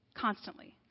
constantly